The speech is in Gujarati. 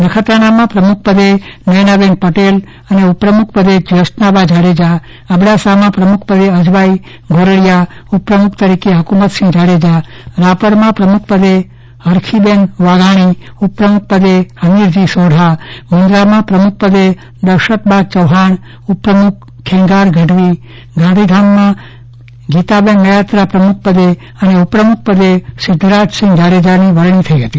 નખત્રાણામાં પ્રમુખ પદે નયનાબેન પટેલ ઉપપ્રમુખ પદે જ્યોત્સનાબા જાડેજા અબડાસામાં પ્રમુખપદે અજબાઈ ગોરડીયા ઉપપ્રમુખ તરીકે હકુમતસિંહ જાડેજા રાપરમાં પ્રમુખપદે હરખીબેન વાઘાણી ઉપપ્રમુખ તરીકે હમીરજી સોઢા મુંદરામાં પ્રમુખપદે દશરથબા ચૌહાણ ઉપપ્રમુખપદે ખેંગાર ગઢવી અને ગાંધીધામમાં ગીતાબેન મ્યાત્રા પ્રમુખ પદે અને ઉપપ્રમુખ પદે સિધ્ધરાજસિંહ જાડેજાની વરણી થઈ હતી